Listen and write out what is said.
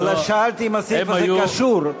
לא, שאלתי אם הסעיף הזה קשור.